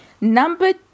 number